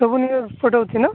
ସବୁ ନ୍ୟୁଜ୍ ପଠଉଛି ନା